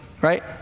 right